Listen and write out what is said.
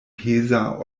peza